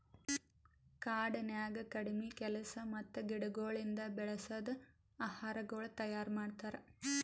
ಕಾಡನ್ಯಾಗ ಕಡಿಮಿ ಕೆಲಸ ಮತ್ತ ಗಿಡಗೊಳಿಂದ್ ಬೆಳಸದ್ ಆಹಾರಗೊಳ್ ತೈಯಾರ್ ಮಾಡ್ತಾರ್